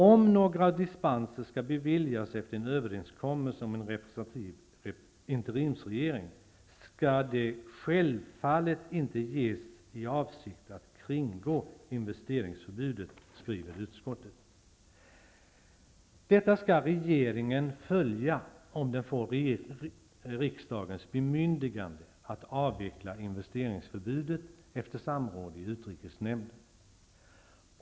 Om några dispenser skall beviljas efter en överenskommelse om en representativ interimsregering, skall de ''självfallet inte ges i avsikt att kringgå investeringsförbudet'', skriver utskottet. Detta skall regeringen följa, om den får riksdagens bemyndigande att avveckla investeringsförbudet efter samråd i utrikesnämnden.